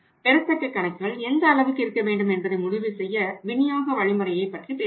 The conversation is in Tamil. பெறத்தக்க கணக்குகள் எந்த அளவுக்கு இருக்க வேண்டும் என்பதை முடிவு செய்ய விநியோக வழி முறையை பற்றி பேசவேண்டும்